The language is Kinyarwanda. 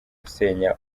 gusenya